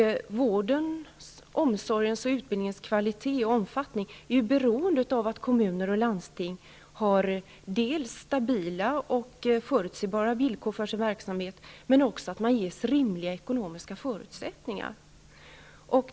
Vårdens, omsorgens och utbildningens kvalitet och omfattning är beroende av att kommuner och landsting har dels stabila och förutsebara villkor för sin verksamhet, dels rimliga ekonomiska förutsättningar.